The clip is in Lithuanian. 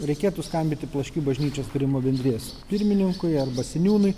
reikėtų skambinti plaškių bažnyčios atkūrimo bendrijos pirmininkui arba seniūnui